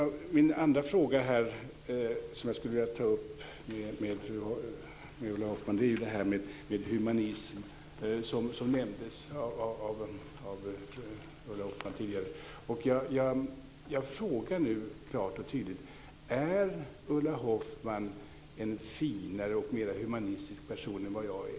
Den andra frågan jag skulle vilja ta upp med Ulla Hoffmann gäller detta med humanism, som hon nämnde tidigare. Jag frågar nu klart och tydligt: Är Ulla Hoffmann en finare och mer humanistisk person än vad jag är?